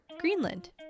Greenland